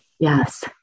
Yes